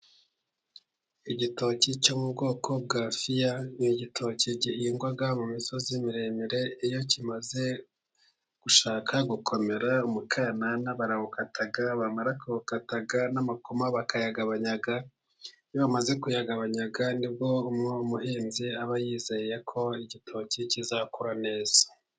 Igitoki cyo mu bwoko bwa fiya, ni igitoki gihingwa mu misozi miremire, iyo kimaze gushaka gukomera umukanana barawukata bamara kuwukata, n'amakoma bakayagabanya iyo bamaze kuyagabanya nibwo uwo muhinzi aba yizeye ko igitoki kizakura neza.